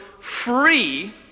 free